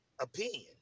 opinion